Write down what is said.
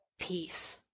peace